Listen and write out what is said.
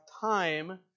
time